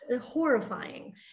Horrifying